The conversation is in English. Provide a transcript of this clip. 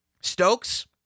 Stokes